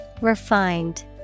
Refined